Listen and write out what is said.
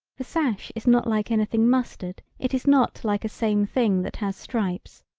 the sash is not like anything mustard it is not like a same thing that has stripes,